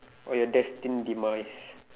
or your destined demise